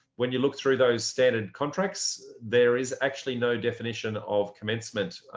when you look through those standard contracts, there is actually no definition of commencement.